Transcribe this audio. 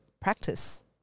practice